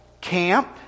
camp